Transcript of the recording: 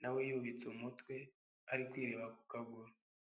na we yubitse umutwe ari kwireba ku kaguru.